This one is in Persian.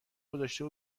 گذاشته